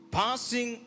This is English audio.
passing